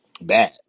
bad